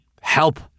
Help